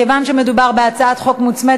מכיוון שיש שתי דרישות לוועדות שונות,